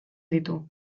ditu